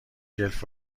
جلف